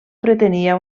pretenia